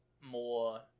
more